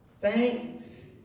Thanks